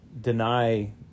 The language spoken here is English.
deny